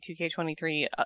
2K23